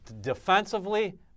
defensively